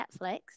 Netflix